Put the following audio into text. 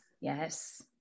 Yes